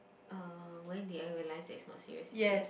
uh when did I realise that it's not serious is it